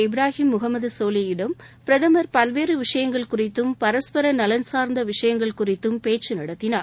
இப்ராஹிம் முகமது சோலியிடம் பிரதமர் பல்வேறு விஷயங்கள் குறித்தும் பரஸ்பர நலன் சார்ந்த விஷயங்கள் குறித்தும் பேச்சு நடத்தினர்